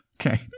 Okay